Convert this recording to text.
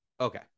Okay